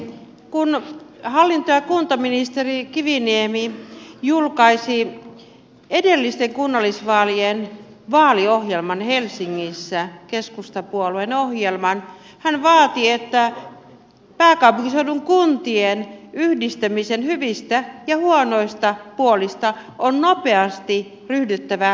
kun hallinto ja kuntaministeri kiviniemi julkaisi edellisten kunnallisvaalien vaaliohjelman helsingissä keskustapuolueen ohjelman hän vaati että pääkaupunkiseudun kuntien yhdistämisen hyvistä ja huonoista puolista on nopeasti ryhdyttävä laatimaan selvitys